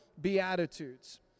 Beatitudes